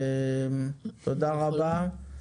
תודה רבה.